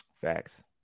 Facts